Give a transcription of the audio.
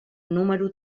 número